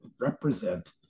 represent